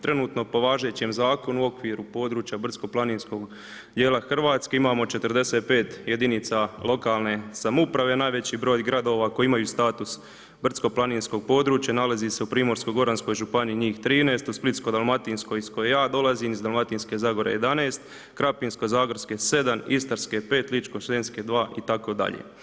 Trenutno po važećem zakonu u okviru područja brdsko planinskog djela Hrvatske imamo 45 jedinica lokalne samouprave, najveći broj gradova koji imaju status brdsko planinskog područja nalazi se u primorsko goranskoj županiji njih 13, u splitsko dalmatinskoj iz koje ja dolazim, iz dalmatinske zagore 11, krapinsko zagorske 7, istarske 5, ličko senjske 2 itd.